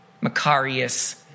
Macarius